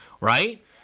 right